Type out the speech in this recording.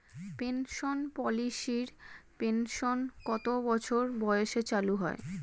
Pension পলিসির pension কত বছর বয়সে চালু হয়?